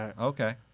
Okay